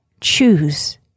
choose